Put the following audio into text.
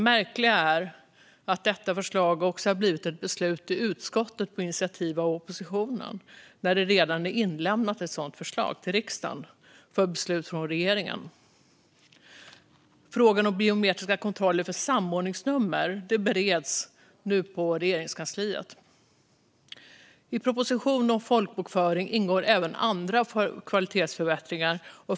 Märkligt nog har även utskottet på initiativ av oppositionen lagt fram ett sådant förslag, alltså trots att regeringen som sagt redan har lämnat ett sådant förslag till riksdagen för beslut. Frågan om biometriska kontroller för samordningsnummer bereds nu på Regeringskansliet. I propositionen om folkbokföring ingår även andra kvalitetsförbättringar.